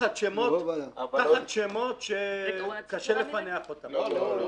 תחת שמות שקשה לפענח אותם.